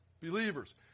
believers